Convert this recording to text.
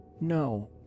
No